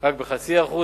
רק ב-0.5%,